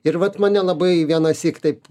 ir vat mane labai vienąsyk taip